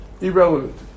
Irrelevant